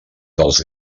dels